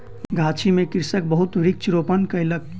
गाछी में कृषक बहुत वृक्ष रोपण कयलक